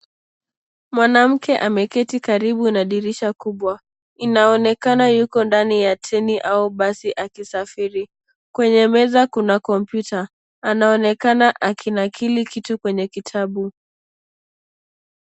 Mwanamke ameketi karibu na dirisha kubwa. Inaonekana yuko ndani ya treni au basi akisafiri. Kwenye meza kuna kompyuta, anaonekana akinakili kitu kwenye kitabu.